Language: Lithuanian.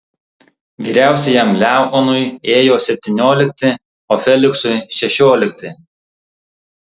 vyriausiajam leonui ėjo septyniolikti o feliksui šešiolikti